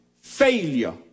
Failure